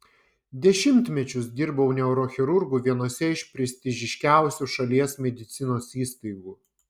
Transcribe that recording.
dešimtmečius dirbau neurochirurgu vienose iš prestižiškiausių šalies medicinos įstaigų